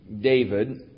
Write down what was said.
David